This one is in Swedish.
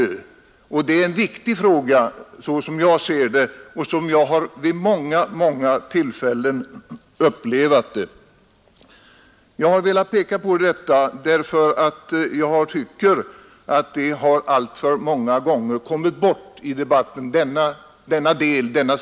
Och det är en viktig fråga, såsom jag ser det och såsom jag vid många tillfällen upplevt det. Jag har velat peka på detta därför att jag tycker att denna sida av saken alltför många gånger kommit bort i debatten.